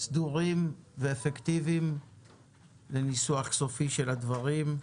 סדורים ואפקטיביים כדי להגיע לניסוח סופי של הדברים.